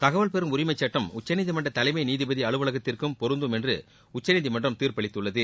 தகவல் பெறும் உரிமைச்சுட்டம் உச்சநீதிமன்ற தலைமை நீதிபதி அலுவலகத்திற்கும் பொருந்தும் என்று உச்சநீதிமன்றம் தீர்ப்பளித்துள்ளது